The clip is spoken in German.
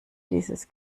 dieses